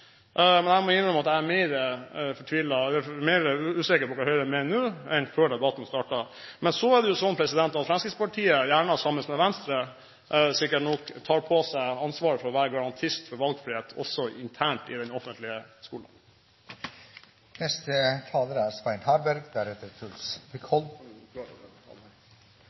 Jeg må innrømme at jeg er mer usikker på hva Høyre mener nå, enn jeg var før debatten startet. Men så er det sånn at Fremskrittspartiet, gjerne sammen med Venstre, sikkert nok tar på seg ansvaret for å være garantist for valgfrihet også internt i den offentlige skolen.